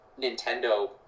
Nintendo